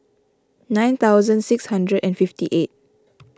nine thousand six hundred and fifty eight